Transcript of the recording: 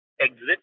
exit